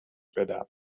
بدم